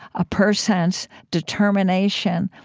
a person's determination,